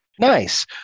Nice